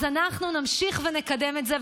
אז אנחנו נמשיך ונקדם את זה.